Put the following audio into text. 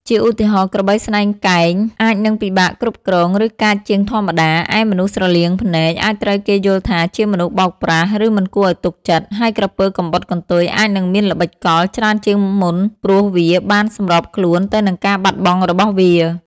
ជាឧទាហរណ៍ ក្របីស្នែងកែងអាចនឹងពិបាកគ្រប់គ្រង ឬកាចជាងធម្មតា ឯមនុស្សស្រលៀងភ្នែកអាចត្រូវគេយល់ថាជាមនុស្សបោកប្រាស់ ឬមិនគួរឲ្យទុកចិត្ត ហើយក្រពើកំបុតកន្ទុយអាចនឹងមានល្បិចកលច្រើនជាងមុនព្រោះវាបានសម្របខ្លួនទៅនឹងការបាត់បង់របស់វា។